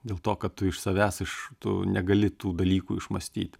dėl to kad tu iš savęs iš tu negali tų dalykų išmąstyt